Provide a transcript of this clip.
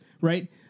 right